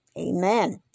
amen